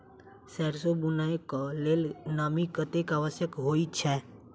सैरसो बुनय कऽ लेल नमी कतेक आवश्यक होइ छै?